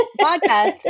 podcast